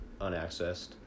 unaccessed